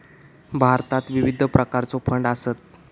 भारतात विविध प्रकारचो फंड आसत